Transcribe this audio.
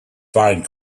find